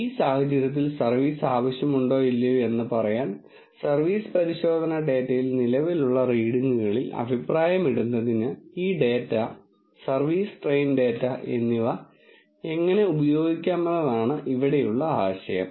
ഈ സാഹചര്യത്തിൽ സർവീസ് ആവശ്യമുണ്ടോ ഇല്ലയോ എന്ന് പറയാൻ സർവീസ് പരിശോധനാ ഡാറ്റയിൽ നിലവിലുള്ള റീഡിംഗുകളിൽ അഭിപ്രായമിടുന്നതിന് ഈ ഡാറ്റ സർവീസ് ട്രെയിൻ ഡാറ്റ എന്നിവ എങ്ങനെ ഉപയോഗിക്കാമെന്നതാണ് ഇവിടെയുള്ള ആശയം